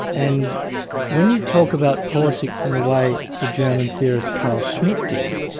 and when you talk about politics in the way the german theorist carl schmitt did,